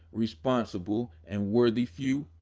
responsible, and worthy few.